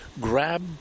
grab